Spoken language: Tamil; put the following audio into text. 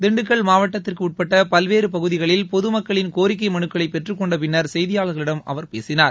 திண்டுக்கல் மாவட்டத்திற்கு உட்பட்ட பல்வேறு பகுதிகளில் பொதுமக்களின் கோரிக்கை மனுக்களை பெற்றுக் கொண்ட பின்னர் செய்தியாளர்களிடம் அவர் பேசினார்